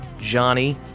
Johnny